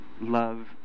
love